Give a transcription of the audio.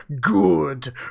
good